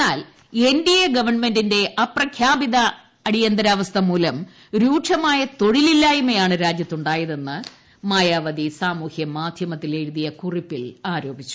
എന്നാൽ എൻഡിഎ ഗവണ്മെന്റിന്റെ അപ്രഖ്യാപിത അടിയന്തരാവസ്ഥ മൂലം രൂക്ഷമായ തൊഴിലില്ലായ്മയാണ് രാജ്യത്തുണ്ടായതെന്ന് മായാവതി സാമൂഹ്യ മാധ്യമത്തിൽ എഴുതിയ കുറിപ്പിൽ ആരോപിച്ചു